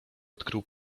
odkrył